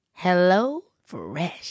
HelloFresh